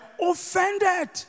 offended